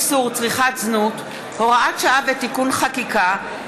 איסור צריכת זנות (הוראת שעה ותיקון חקיקה),